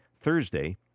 Thursday